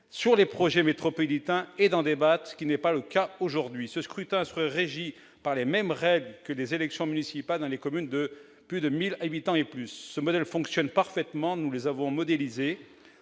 aux projets métropolitains et d'en débattre, ce qui n'est pas le cas aujourd'hui. Ce scrutin serait régi par les mêmes règles que les élections municipales dans les communes de 1 000 habitants et plus. Je précise que nous avons modélisé